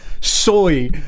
soy